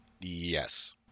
Yes